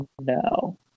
no